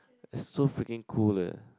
so freaking cool leh